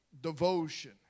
devotion